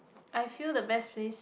I feel the best place